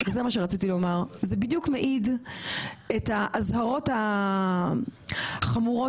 זה בדיוק מעיד את האזהרות החמורות